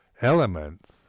elements